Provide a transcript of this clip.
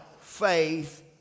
faith